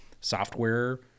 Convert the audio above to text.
software